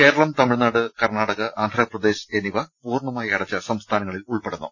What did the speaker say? കേരളം തമിഴ്നാട് കർണ്ണാടക ആന്ധ്രപ്രദേശ് എന്നിവ പൂർണ്ണമായി അടച്ച സംസ്ഥാനങ്ങളിൽ ഉൾപ്പെടുന്നു